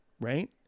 right